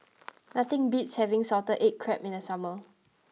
nothing beats having Salted Egg Crab in the summer